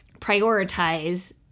prioritize